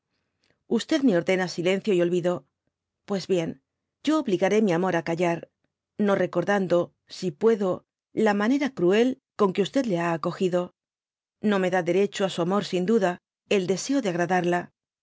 me ordena silencio y dyido pues bien yo obligard mi amor á cauar no recordando si puedo la manera cruel con que le ha acogido no me dá derecho ásu amor sin duda el deseo de agratomo